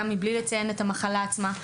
גם מבלי לציין את המחלה עצמה.